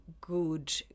good